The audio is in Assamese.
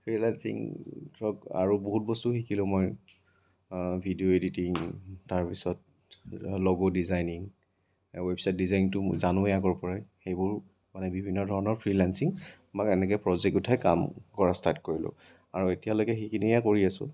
ফ্ৰীলান্সিং আৰু বহুত বস্তু শিকিলো মই ভিডিঅ' এডিটিং তাৰপিছত লঘু ডিজাইনিং ৱেবচাইট ডিজাইনিংটো জানো আগৰপৰাই সেইবোৰ মানে বিভিন্ন ধৰণৰ ফ্ৰীলান্সিং বা এনেকৈ প্ৰজেক্টতহে কামকৰা ষ্টাৰ্ট কৰিলো আৰু এতিয়ালৈকে সেইখিনিহে কৰি আছো